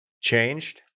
changed